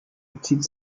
bezieht